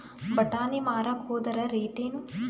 ಬಟಾನಿ ಮಾರಾಕ್ ಹೋದರ ರೇಟೇನು?